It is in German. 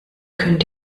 könnt